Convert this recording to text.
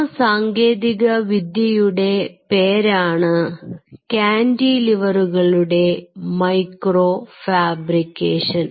ആ സാങ്കേതിക വിദ്യയുടെ പേരാണ് കാന്റിലിവറുകളുടെ മൈക്രോ ഫാബ്രിക്കേഷൻ